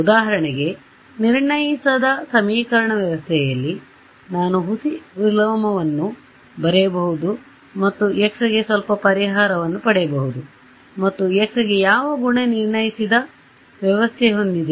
ಉದಾಹರಣೆಗೆ ನಿರ್ಣಯಿಸದ ಸಮೀಕರಣ ವ್ಯವಸ್ಥೆಯಲ್ಲಿ ನಾನು ಹುಸಿ ವಿಲೋಮವನ್ನು ಬರೆಯಬಹುದು ಮತ್ತು x ಗೆ ಸ್ವಲ್ಪ ಪರಿಹಾರವನ್ನು ಪಡೆಯಬಹುದು ಮತ್ತು x ಗೆ ಯಾವ ಗುಣ ನಿರ್ಣಯಿಸದ ವ್ಯವಸ್ಥೆ ಹೊಂದಿದೆ